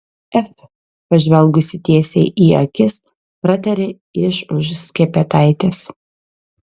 ef pažvelgusi tiesiai į akis pratarė iš už skepetaitės